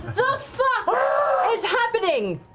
the fuck is happening?